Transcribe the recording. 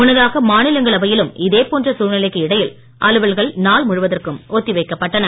முன்னதாக மாநிலங்களவையிலும் இதேபோன்ற சூழ்நிலைக்கு இடையில் அலுவல்கள் நாள் முழுவதற்கும் ஒத்தி வைக்கப்பட்டன